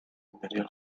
imperial